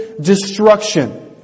destruction